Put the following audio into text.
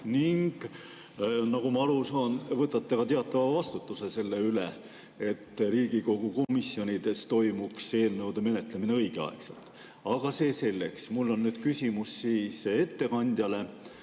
Ning, nagu ma aru saan, te võtate ka teatava vastutuse selle eest, et Riigikogu komisjonides toimuks eelnõude menetlemine õigeaegselt. Aga see selleks. Mul on nüüd küsimus ettekandjale